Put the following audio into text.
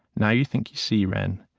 now you think you see wren.